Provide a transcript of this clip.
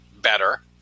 better